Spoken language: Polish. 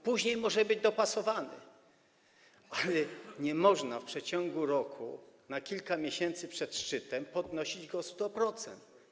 Później może być dopasowany, ale nie można w przeciągu roku, na kilka miesięcy przed szczytem, podnosić go o 100%.